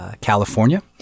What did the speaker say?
California